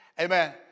Amen